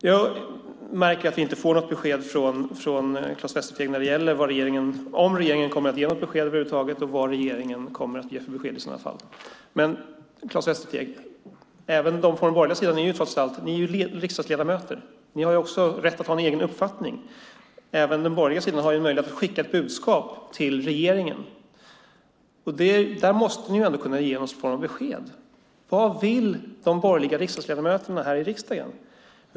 Jag märker att vi inte får något besked från Claes Västerteg när det gäller om regeringen kommer att ge något besked över huvud taget och vilket besked regeringen i så fall kommer att ge. Men, Claes Västerteg, även ni på den borgerliga sidan är riksdagsledamöter. Ni har också rätt att ha en egen uppfattning. Även den borgerliga sidan har en möjlighet att skicka ett budskap till regeringen. Där måste ni ändå kunna ge någon form av besked. Vad vill de borgerliga riksdagsledamöterna här i riksdagen?